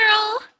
girl